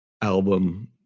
album